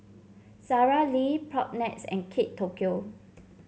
Sara Lee Propnex and Kate Tokyo